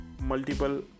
multiple